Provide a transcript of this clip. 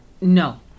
no